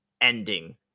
ending